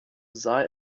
sah